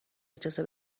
اجازه